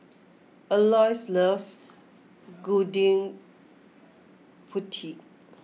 Aloys loves Gudeg Putih